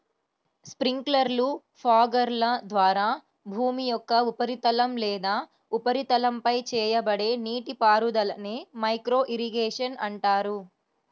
స్ప్రింక్లర్లు, ఫాగర్ల ద్వారా భూమి యొక్క ఉపరితలం లేదా ఉపరితలంపై చేయబడే నీటిపారుదలనే మైక్రో ఇరిగేషన్ అంటారు